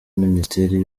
minisiteri